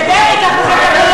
אתם תאבדו את השלטון,